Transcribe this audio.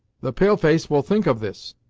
the pale-face will think of this,